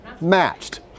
matched